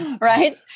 Right